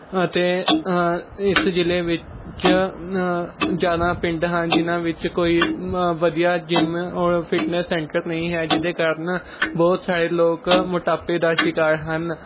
ਅਤੇ ਇਸ ਜ਼ਿਲ੍ਹੇ ਵਿੱਚ ਜ਼ਿਆਦਾ ਪਿੰਡ ਹਨ ਜਿਨ੍ਹਾਂ ਵਿੱਚ ਕੋਈ ਵਧੀਆ ਜਿੰਮ ਔਰ ਫਿਟਨੈਸ ਸੈਂਟਰ ਨਹੀਂ ਹੈ ਜਿਹਦੇ ਕਾਰਨ ਬਹੁਤ ਸਾਰੇ ਲੋਕ ਮੋਟਾਪੇ ਦਾ ਸ਼ਿਕਾਰ ਹਨ